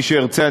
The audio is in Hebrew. מי שארצה,